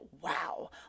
wow